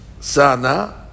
Sana